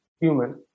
human